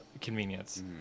convenience